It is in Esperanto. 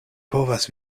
povas